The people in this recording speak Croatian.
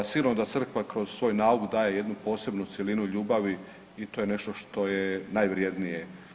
Sigurno da crkva kroz svoj nauk daje jednu posebnu cjelinu ljubavi i to je nešto što je najvrijednije.